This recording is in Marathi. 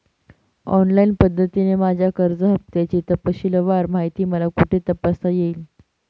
ऑनलाईन पद्धतीने माझ्या कर्ज हफ्त्याची तपशीलवार माहिती मला कुठे तपासता येईल?